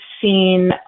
seen